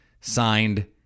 signed